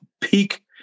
peak